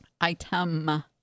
item